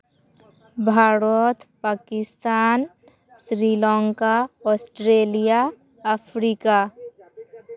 Bharat Pakistan Sri Lanka Australia Africa